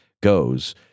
goes